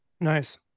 Nice